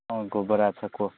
ହଁ ଗୋବରା ଛକ